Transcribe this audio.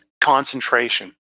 concentration